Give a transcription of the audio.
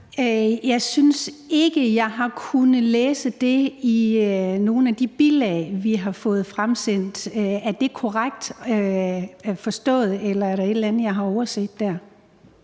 Jeg synes ikke, jeg har kunnet læse det i nogen af de bilag, vi har fået fremsendt. Er det korrekt forstået, eller er der et eller andet, jeg har overset der?